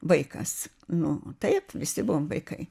vaikas nu taip visi buvom vaikai